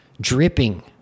dripping